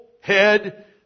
head